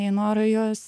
nei noro juos